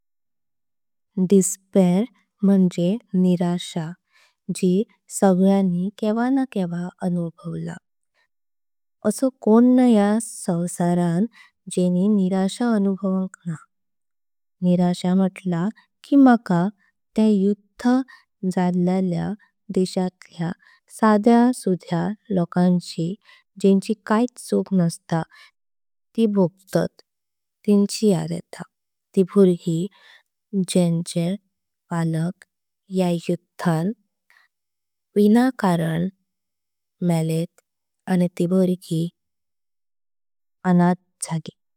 डिस्पेअर म्हणजे निराशा जी सगळ्यांनी केव्हा ना केव्हा। अनुभवला असो कोण ना या सवसारान जेणि निराशा। अनुभावांक ना निराशा म्हणतली की मका त्या युद्धं झाल्ल्या। देशत्या साध्य सुद्ध्य लोकांची जेंची कायत चुक नस्ताना। ते भोगतात ती बुरगी जेंचे पालक या युद्धान। विनाकारण मेलें आणि ती बुरगी अनाथ जाली।